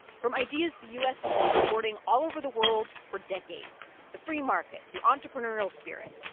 from ideas the u s. has been exporting all over the world for decades the free market, the entrepreneurial spirit,